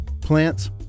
Plants